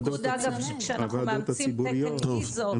כשאנחנו מאמצים תקן ISO,